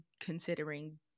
considering